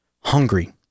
Hungry